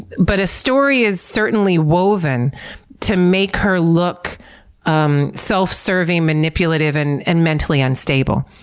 but a story is certainly woven to make her look um self-serving, manipulative, and and mentally unstable.